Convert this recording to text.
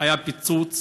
היה פיצוץ